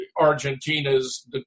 Argentina's